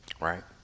right